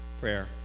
prayer